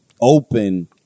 open